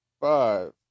five